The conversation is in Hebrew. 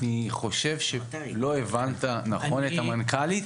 אני חושב שלא הבנת נכון את המנכ"לית.